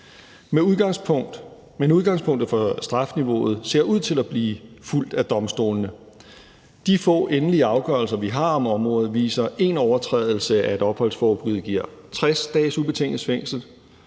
Men udgangspunktet for strafniveauet ser ud til at blive fulgt af domstolene. De få endelige afgørelser, vi har på området, viser, at én overtrædelse af et opholdsforbud giver 60 dages ubetinget fængsel;